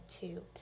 two